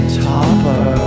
topper